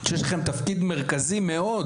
שיש להם תפקיד מרכזי מאוד